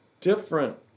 different